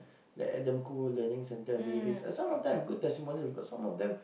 the Adam-Khoo learning center Mavis some of them have good testimonials but some of them